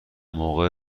موقع